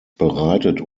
bereitet